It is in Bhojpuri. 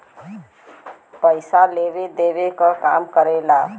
पइसा लेवे देवे क काम करेला